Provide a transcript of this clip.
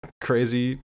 crazy